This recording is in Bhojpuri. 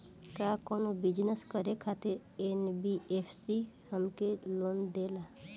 का कौनो बिजनस करे खातिर एन.बी.एफ.सी हमके लोन देला?